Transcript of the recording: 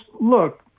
look